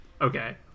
Okay